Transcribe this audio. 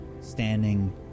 standing